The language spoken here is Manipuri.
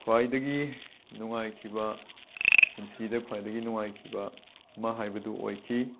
ꯈ꯭ꯋꯥꯏꯗꯒꯤ ꯅꯨꯡꯉꯥꯏꯈꯤꯕ ꯄꯨꯟꯁꯤꯗ ꯈ꯭ꯋꯥꯏꯗꯒꯤ ꯅꯨꯡꯉꯥꯏꯈꯤꯕ ꯑꯃ ꯍꯥꯏꯕꯗꯨ ꯑꯣꯏꯈꯤ